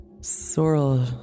Sorrel